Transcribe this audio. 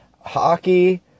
hockey